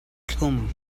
thlum